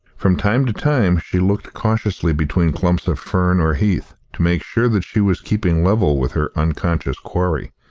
from time to time she looked cautiously between clumps of fern or heath, to make sure that she was keeping level with her unconscious quarry.